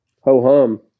ho-hum